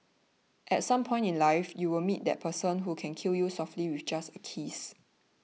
at some point in life you will meet that person who can kill you softly with just a kiss